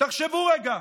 תחשבו רגע,